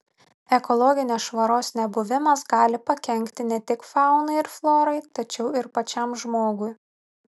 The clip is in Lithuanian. ekologinės švaros nebuvimas gali pakenkti ne tik faunai ir florai tačiau ir pačiam žmogui